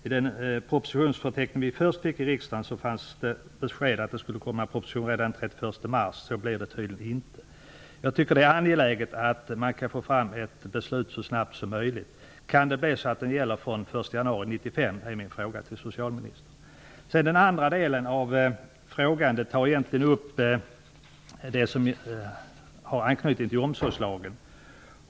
I den första propositionsförteckningen gavs beskedet att det skulle komma en proposition redan den den 1 mars. Så blir det tydligen inte. Jag tycker att det är angeläget att man får fram ett beslut så snabbt som möjligt. Min fråga till socialministern är: Kan det bli så att den nya stadgan gäller från den 1 januari 1995? I den andra delen av frågan tar jag upp något som har anknytning till omsorgslagen.